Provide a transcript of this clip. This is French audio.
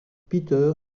peter